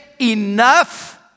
enough